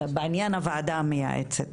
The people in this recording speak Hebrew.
בעניין הוועדה המייעצת,